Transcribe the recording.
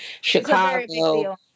Chicago